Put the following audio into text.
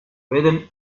within